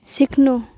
सिक्नु